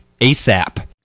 asap